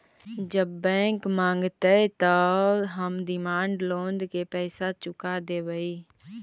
जब बैंक मगतई त हम डिमांड लोन के पैसा चुका देवई